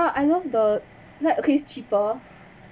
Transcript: I love the like okay it's cheaper